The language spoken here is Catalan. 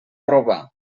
robar